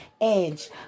Edge